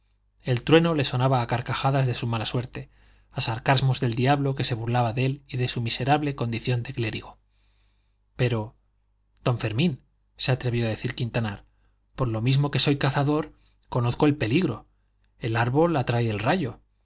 el trueno le sonaba a carcajadas de su mala suerte a sarcasmos del diablo que se burlaba de él y de su miserable condición de clérigo pero don fermín se atrevió a decir quintanar por lo mismo que soy cazador conozco el peligro el árbol atrae el rayo